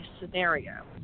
scenario